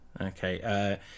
Okay